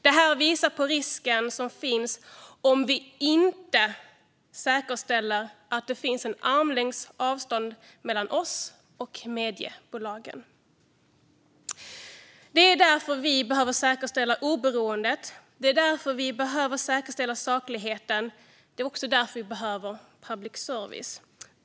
Det här visar på risken som finns om vi inte säkerställer att det finns en armlängds avstånd mellan oss och mediebolagen. Det är därför vi behöver säkerställa oberoendet, det är därför vi behöver säkerställa saklighet och det är också därför vi behöver public service.